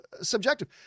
subjective